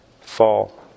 fall